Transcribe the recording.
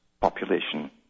Population